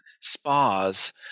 spas